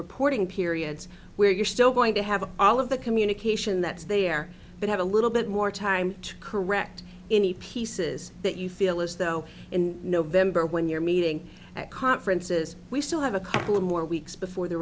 reporting periods where you're still going to have all of the communication that's there but have a little bit more time to correct any pieces that you feel as though in november when you're meeting at conferences we still have a couple more weeks before the